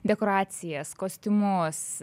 dekoracijas kostiumus